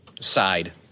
side